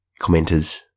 commenters